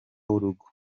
w’urugo